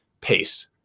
pace